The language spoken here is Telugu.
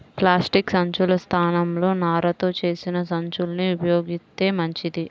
ప్లాస్టిక్ సంచుల స్థానంలో నారతో చేసిన సంచుల్ని ఉపయోగిత్తే మంచిది